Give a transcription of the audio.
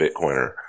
Bitcoiner